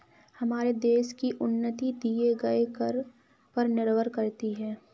हमारे देश की उन्नति दिए गए कर पर निर्भर करती है